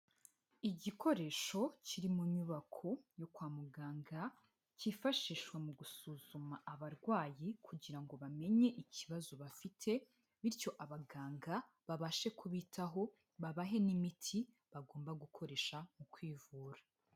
Igikoresho kiri mu nyubako yo kwa muganga, cyifashishwa mu gusuzuma abarwayi kugira ngo bamenye ikibazo bafite bityo abaganga babashe kubitaho babahe n'imiti bagomba gukoresha mu kwivura.